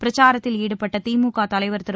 பிரச்சாரத்தில் ஈடுபட்ட திமுக தலைவர் திரு